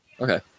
Okay